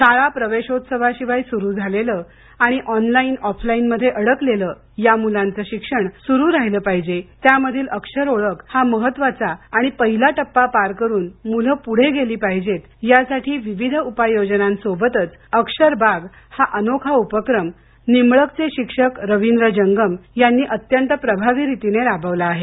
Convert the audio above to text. शाळा प्रवेशोत्सवाशिवाय सुरू झालेलं आणि ऑनलाईन ऑफलाईन मध्ये अडकलेलं या मुलांचे शिक्षण सुरु राहिलं पाहिजे त्यामधील अक्षर ओळख हा महत्वाचा आणि पहिला टप्पा पार करुन मुलं पुढे गेली पाहिजेत यासाठी विविध उपाययोजना बरोबर अक्षरबाग हा अनोखा उपक्रम निंबळकचे शिक्षक रविंद्र जंगम यांनी अत्यंत प्रभावीरीतीने राबविला आहे